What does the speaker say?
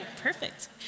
perfect